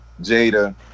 Jada